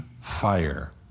fire